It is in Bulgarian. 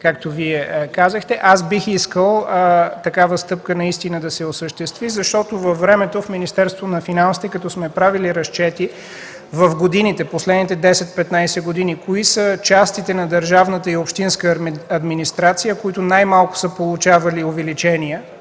както Вие казахте, аз бих искал такава стъпка наистина да се осъществи, защото във времето в Министерството на финансите разчетите, които сме правили през последните 10-15 години за частите на държавната и общинската администрация, които най-малко са получавали увеличения,